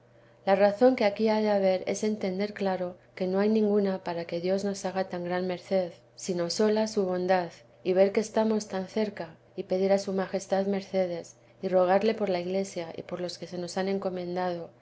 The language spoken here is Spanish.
la razón que aquí ha de haber es entender claro que no hay ninguna para que dios nos haga tan gran merced sino sola su bondad y ver que estamos tan cerca y pedir a su majestad mercedes y rogarle por la iglesia y por los que se nos han encomendado